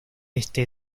este